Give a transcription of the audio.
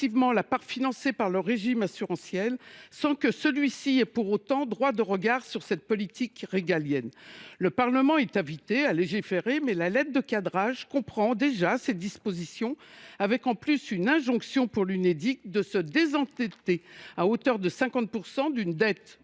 la part financée par le régime assurantiel sans que celui ci ait pour autant un droit de regard sur cette politique régalienne. Le Parlement est invité à légiférer, mais la lettre de cadrage comprend déjà ces dispositions, avec une injonction pour l’Unédic de se désendetter de moitié, alors que cette